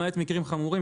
למעט מקרים חמורים,